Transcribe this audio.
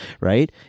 right